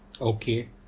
Okay